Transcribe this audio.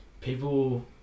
people